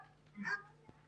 בבקשה.